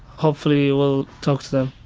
hopefully we'll talk to them.